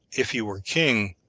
if he were king,